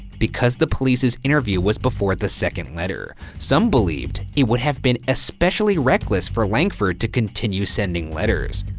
because the police's interview was before the second letter, some believed it would have been especially reckless for langford to continue sending letters.